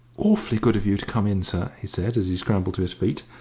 awfully good of you to come in, sir, he said, as he scrambled to his feet.